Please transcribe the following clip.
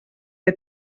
que